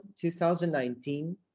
2019